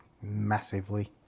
massively